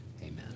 amen